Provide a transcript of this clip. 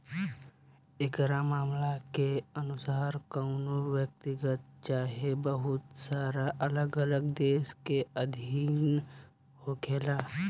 एकरा मामला के अनुसार कवनो व्यक्तिगत चाहे बहुत सारा अलग अलग देश के अधीन होखेला